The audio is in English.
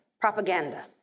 propaganda